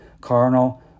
Carnal